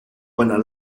pendant